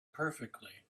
perfectly